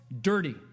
dirty